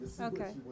Okay